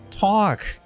Talk